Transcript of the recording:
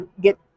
get